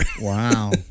Wow